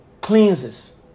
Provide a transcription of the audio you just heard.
cleanses